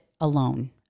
alone